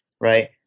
right